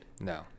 No